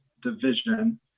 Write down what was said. division